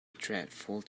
dreadful